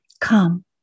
Come